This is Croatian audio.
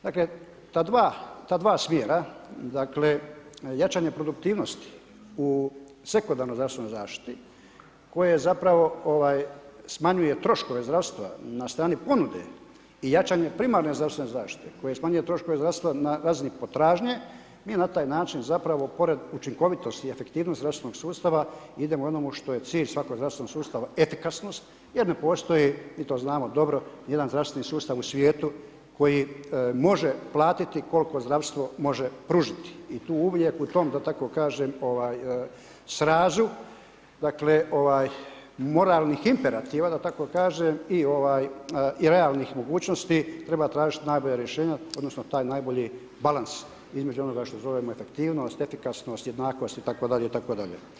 Dakle, ta dva smjera, jačanje produktivnosti u sekundarnoj zdravstvenoj zaštiti koja zapravo smanjuje troškove zdravstva na strani ponude i jačanje primarne zdravstvene zaštite koja smanjuje troškove zdravstva na razini potražnje, mi na taj način zapravo pored učinkovitosti i efektivnosti zdravstvenog sustava, idemo onomu što je cilj svakog zdravstvenog sustava, efikasnost jer ne postoji i to znamo dobro, nijedan zdravstveni sustav u svijetu koji može platiti koliko zdravstvo može pružiti i tu uvijek u tom da tako kažem srazu moralnih imperativa da tako kažem i realnih mogućnosti, treba tražiti najbolja rješenja odnosno taj najbolji balans između onoga što zovemo efektivnost, efikasnost, jednakost itd. itd.